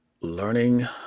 Learning